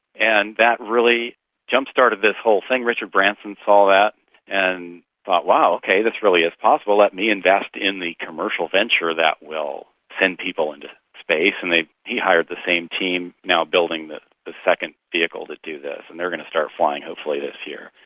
and that really jump-started this whole thing. richard branson saw that and thought, wow, okay, this really is possible, let me invest in the commercial venture that will send people into space. and he hired the same team now building the second vehicle to do this and they are going to start flying hopefully this year,